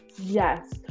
Yes